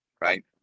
right